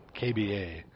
KBA